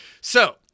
So-